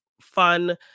fun